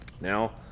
Now